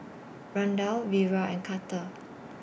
Randall Vira and Carter